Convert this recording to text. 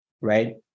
right